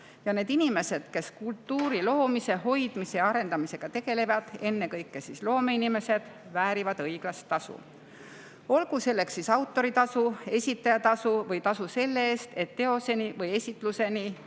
Ja need inimesed, kes kultuuri loomise, hoidmise ja arendamisega tegelevad, ennekõike loomeinimesed, väärivad õiglast tasu, olgu selleks siis autoritasu, esitajatasu või tasu selle eest, et teose jaoks või esitluseni